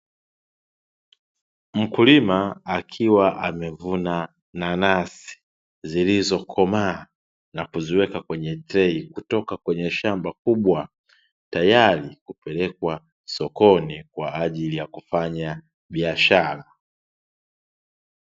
Mkulima akiwa amevuna nanasi zilizokomaa na kuziweka kwenye trei kutoka kwenye shamba kubwa, tayari kupelekwa sokoni kwa ajili ya kufanya biashara.